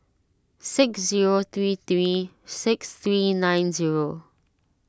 six zero three three six three nine zero